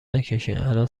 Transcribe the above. نکشینالان